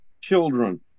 children